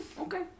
Okay